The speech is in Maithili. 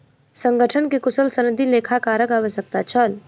संगठन के कुशल सनदी लेखाकारक आवश्यकता छल